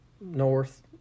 north